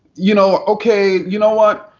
you know, okay, you know what,